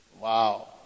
Wow